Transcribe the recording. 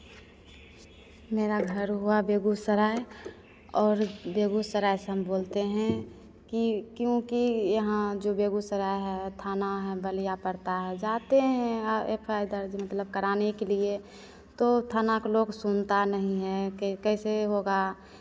मेरा घर हुआ बेगूसराय और बेगूसराय से हम बोलते हैं कि क्योंकि यहाँ जो बेगूसराय है थाना है बलिया पड़ता है जाते हैं एफ आइ दर्ज़ मतलब कराने के लिए तो थाना का लोग सुनता नहीं है कि कैसे होगा